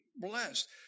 blessed